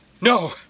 No